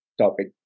topic